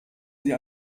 sie